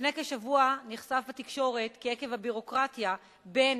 לפני כשבוע נחשף בתקשורת כי עקב הביורוקרטיה בין